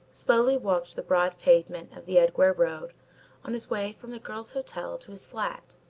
slowly walked the broad pavement of the edgware road on his way from the girl's hotel to his flat.